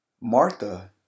Martha